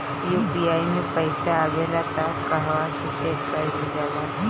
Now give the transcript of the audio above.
UPI मे पइसा आबेला त कहवा से चेक कईल जाला?